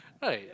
right